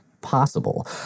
possible